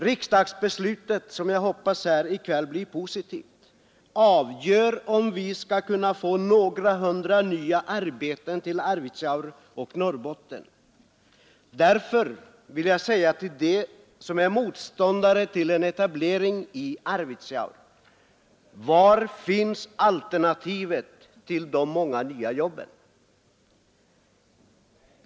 Riksdagsbeslutet i kväll, som jag hoppas blir positivt, avgör om vi skall kunna få några hundra nya arbeten till Arvidsjaur och Norrbotten. Därför vill jag fråga dem som är motståndare till en etablering i Arvidsjaur: Var finns alternativet till de många nya jobben?